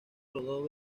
rodó